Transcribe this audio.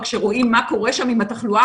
מה שמשרד הבריאות יקבע,